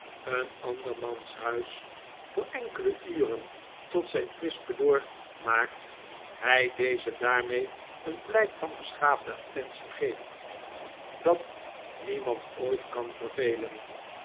een andermans huis voor enkele uren tot zijn kwispedoor maakt hij dezen daarmee een blijk van beschaafde attentie geeft dat niemand ooit kan vervelen